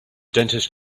dentist